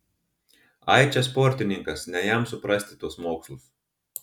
ai čia sportininkas ne jam suprasti tuos mokslus